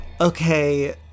Okay